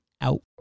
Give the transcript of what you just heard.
out